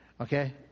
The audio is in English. Okay